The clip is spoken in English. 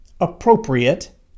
appropriate